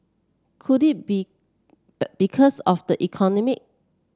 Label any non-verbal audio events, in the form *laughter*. could it be *unintelligible* because of the economy